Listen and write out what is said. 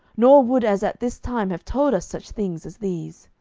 nor would as at this time have told us such things as these.